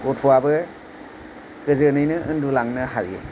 गथ'आबो गोजोनैनो उन्दुलांनो हायो